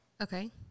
Okay